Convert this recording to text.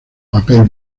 papel